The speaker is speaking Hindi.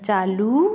चालू